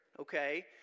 okay